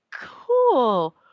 cool